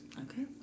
Okay